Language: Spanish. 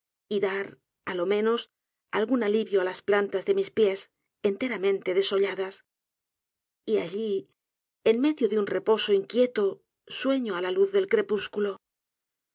y d a r á lo menos algún alivio á las plantas de mis pies enteramente desolladas y alli en medio de un reposo inquieto sueño á la luz del crepúsculo